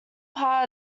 part